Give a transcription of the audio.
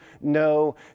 no